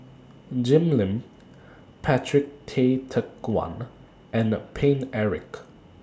Jim Lim Patrick Tay Teck Guan and The Paine Eric